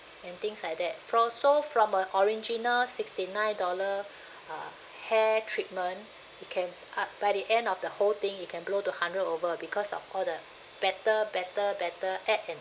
and things like that fro~ so from a original sixty nine dollar uh hair treatment it can up by the end of the whole thing it can blow to hundred over because of all the better better better add and